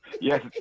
Yes